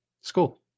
school